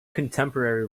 contemporary